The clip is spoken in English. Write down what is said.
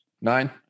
nine